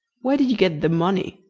where did you get the money?